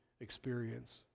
experience